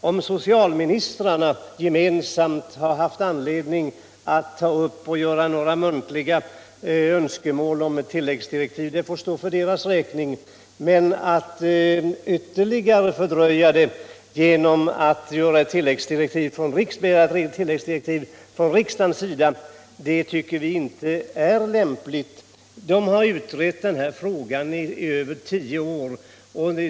Om socialministrarna gemensamt har haft anledning att komma med muntliga önskemål om tilläggsdirektiv får så för deras räkning, men att riksdagen skulle ytterligare fördröja utredningen genom att begära ulläiggsdirektiv tycker vi inte är lämpligt. Utredningen har arbetat i över tio år.